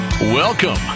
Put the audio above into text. Welcome